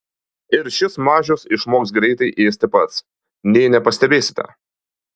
ir šis mažius išmoks greitai ėsti pats nė nepastebėsite